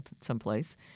someplace